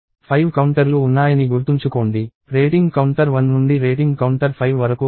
5 కౌంటర్లు ఉన్నాయని గుర్తుంచుకోండి రేటింగ్ కౌంటర్ 1 నుండి రేటింగ్ కౌంటర్ 5 వరకు ఉన్నాయి